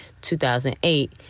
2008